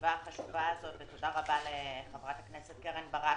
הישיבה החשובה הזו ותודה לחברת הכנסת קרן ברק